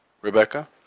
Rebecca